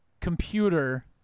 computer